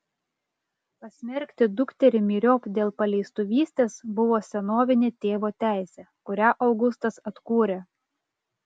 pasmerkti dukterį myriop dėl paleistuvystės buvo senovinė tėvo teisė kurią augustas atkūrė